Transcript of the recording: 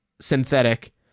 synthetic